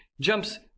jumps